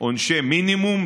עונשי מינימום.